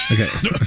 Okay